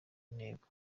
intego